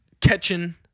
catching